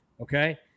okay